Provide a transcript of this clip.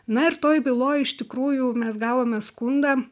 na ir toj byloj iš tikrųjų mes gavome skundą